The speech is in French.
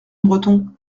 breton